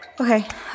Okay